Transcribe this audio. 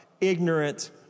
Ignorant